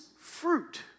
fruit